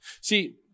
See